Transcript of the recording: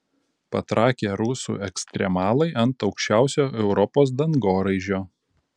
patrakę rusų ekstremalai ant aukščiausio europos dangoraižio